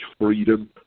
freedom